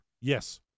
yes